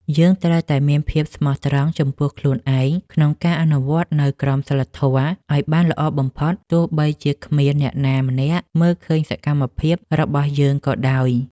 យើងត្រូវតែមានភាពស្មោះត្រង់ចំពោះខ្លួនឯងក្នុងការអនុវត្តនូវក្រមសីលធម៌ឱ្យបានល្អបំផុតទោះបីជាគ្មានអ្នកណាម្នាក់មើលឃើញសកម្មភាពរបស់យើងក៏ដោយ។